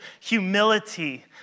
humility